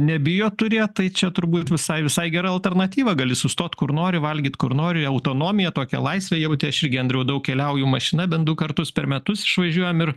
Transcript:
nebijo turėt tai čia turbūt visai visai gera alternatyva gali sustot kur nori valgyt kur nori autonomija tokią laisvę jauti aš irgi andriau daug keliauju mašina bent du kartus per metus išvažiuojam ir